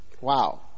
wow